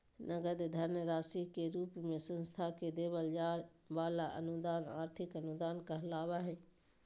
नगद धन राशि के रूप मे संस्था के देवल जाय वला अनुदान आर्थिक अनुदान कहलावय हय